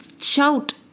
shout